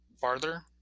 farther